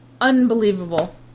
unbelievable